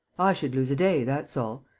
i should lose a day, that's all.